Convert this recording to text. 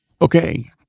Okay